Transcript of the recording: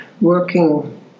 working